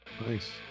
Nice